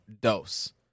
dose